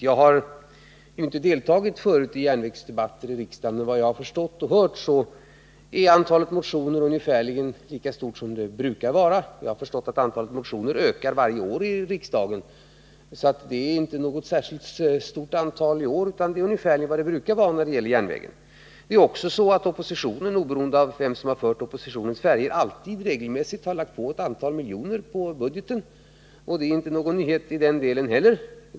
Jag har inte deltagit i järnvägsdebatter i riksdagen förut, men enligt vad jag har hört och förstått så är antalet motioner i år ungefär lika stort som det brukar vara. Jag har också förstått att antalet motioner i riksdagen ökar för varje år. Det är alltså inte något särskilt stort antal motioner om järnvägen i år, utan det är ungefär som det brukar vara. Det är också så att oppositionen — oberoende av vem som har fört oppositionens färger — regelmässigt har lagt på ett antal miljoner på budgeten. Det är alltså inte någon nyhet i den delen heller.